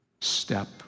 step